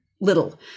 little